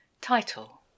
Title